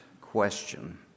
question